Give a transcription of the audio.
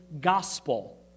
gospel